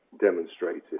demonstrated